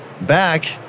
back